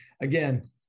again